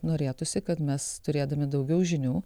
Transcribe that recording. norėtųsi kad mes turėdami daugiau žinių